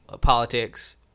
politics